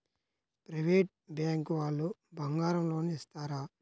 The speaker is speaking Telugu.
ప్రైవేట్ బ్యాంకు వాళ్ళు బంగారం లోన్ ఇస్తారా?